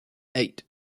eight